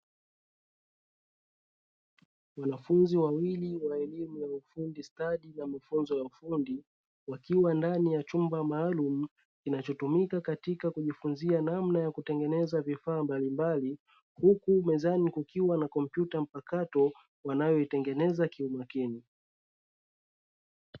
Wanafunzi wawili wa elimu ya ufundi stadi na mafunzo ya ufundi wakiwa ndani ya chumba maalumu kinachotumika kujifunzia namna ya kutengeneza vifaa mbalimbali, huku mezani kukiwa na kompyuta mpakato wanayoitengeneza kwa makini.